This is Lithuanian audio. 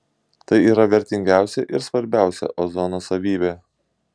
tai yra vertingiausia ir svarbiausia ozono savybė